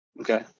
Okay